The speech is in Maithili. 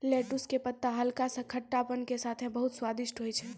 लैटुस के पत्ता हल्का सा खट्टापन के साथॅ बहुत स्वादिष्ट होय छै